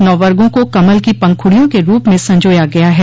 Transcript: नौ वर्गों को कमल की पंखुडियों के रूप में संजोया गया है